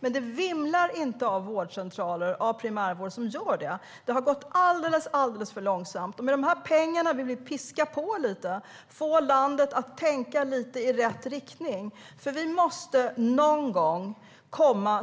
Men det vimlar inte av vårdcentraler och primärvård som har det. Det har gått alldeles för långsamt. Med dessa pengar vill vi piska på lite och få landet att tänka i rätt riktning. Vi måste någon gång komma